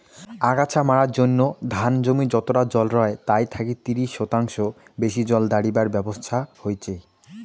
আগাছা মারার জইন্যে ধান জমি যতটা জল রয় তাই থাকি ত্রিশ শতাংশ বেশি জল দাড়িবার ব্যবছস্থা হইচে